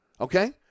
okay